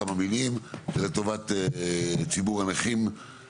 אנחנו מחכים לאישורים של יושב ראש הכנסת.